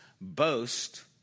boast